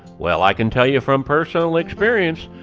well i can tell you from personal experience,